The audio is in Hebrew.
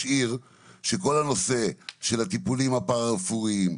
עיר שכל הנושא של הטיפולים הפרא-רפואיים,